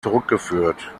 zurückgeführt